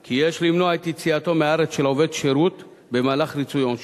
כי יש למנוע את יציאתו מהארץ של עובד שירות במהלך ריצוי עונשו,